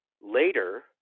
later